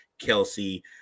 Kelsey